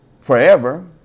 forever